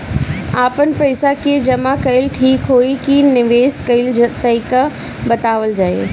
आपन पइसा के जमा कइल ठीक होई की निवेस कइल तइका बतावल जाई?